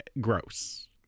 gross